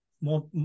more